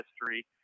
history